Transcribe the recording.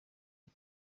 iri